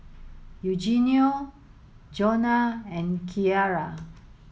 Eugenio Johnna and Keara